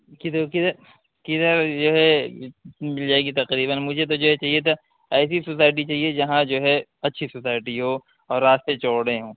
کدھر کدھر کدھر جو ہے مل جائے گی تقریباً مجھے تو جگہ چاہیے تھا ایسی سوسائٹی چاہیے جہاں جو ہے اچھی سوسائٹی ہو اور راستے چوڑے ہوں